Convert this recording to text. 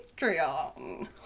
Patreon